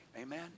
amen